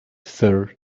sir